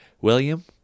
William